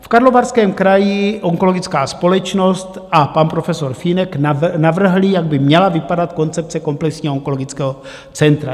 V Karlovarském kraji onkologická společnost a pan profesor Fínek navrhli, jak by měla vypadat koncepce komplexního onkologického centra.